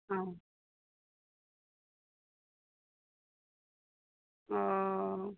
हँ हँ